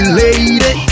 lady